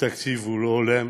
התקציב לא הולם.